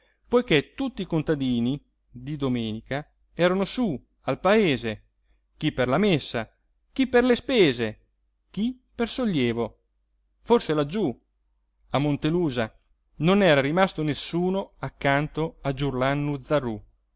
poiché tutti i contadini di domenica erano su al paese chi per la messa chi per le spese chi per sollievo forse laggiú a montelusa non era rimasto nessuno accanto a giurlannu zarú